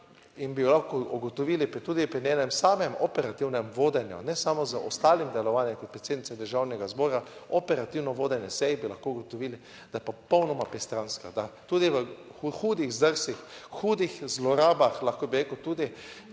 in bi jo lahko ugotovili tudi pri njenem samem operativnem vodenju, ne samo z ostalim delovanjem kot predsednice Državnega zbora, operativno vodenje sej bi lahko ugotovili, da je popolnoma pristranska. Da tudi v hudih zdrsih, hudih zlorabah, lahko bi rekel tudi